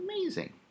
amazing